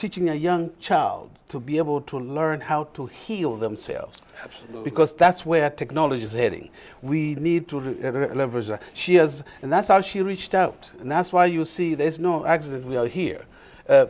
teaching a young child to be able to learn how to heal themselves because that's where technology is heading we need to leverage a she has and that's how she reached out and that's why you see there's no